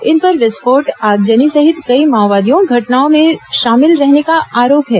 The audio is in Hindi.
इन पर विस्फोट आगजनी सहित कई माओवादियों घटनाओं में शामिल रहने का आरोप है